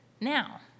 now